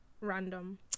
random